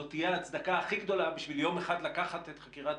זאת תהיה הצדקה הכי גדולה כדי יום אחד לקחת את חקירת